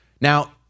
Now